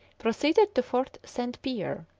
proceeded to fort st. pierre,